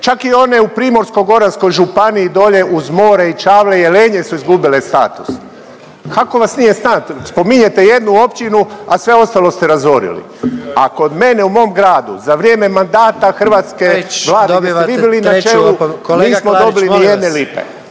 čak i one u Primorsko-goranskoj županiji, dolje uz more i Čavle i Jelenje su izgubile status. Kako vas nije sram, spominjete jednu općinu, a sve ostalo ste razorili? A kod mene u mom gradu za vrijeme mandata hrvatske Vlade… …/Upadica predsjednik: